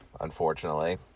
unfortunately